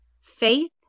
faith